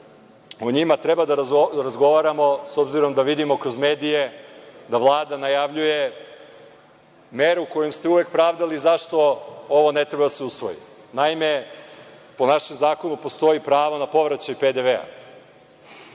o njima trebamo da razgovaramo s obzirom da vidimo kroz medije da Vlada najavljuje meru kojom ste uvek pravdali zašto ovo ne treba da se usvoji. Naime, po našem zakonu postoji pravo na povraćaj PDV